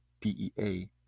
DEA